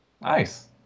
Nice